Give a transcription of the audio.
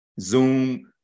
Zoom